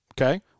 Okay